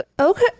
Okay